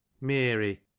Mary